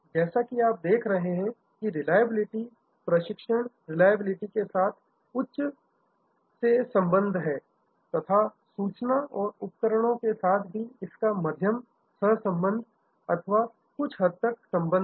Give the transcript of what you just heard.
जैसा कि आप देख रहे हैं की रिलायबिलिटी का प्रशिक्षण रिलायबिलिटी के साथ उच्च से संबंध है तथा सूचना और उपकरणों के साथ भी इनका मध्यम सहसंबंध अथवा कुछ हद तक संबंध है